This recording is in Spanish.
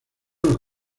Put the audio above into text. los